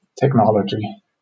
technology